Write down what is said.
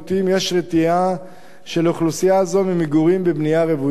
יש רתיעה של אוכלוסייה זו ממגורים בבנייה רוויה.